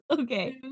okay